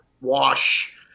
wash